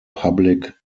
public